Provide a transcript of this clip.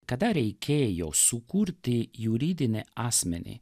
kada reikėjo sukurti juridinį asmenį